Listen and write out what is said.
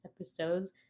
episodes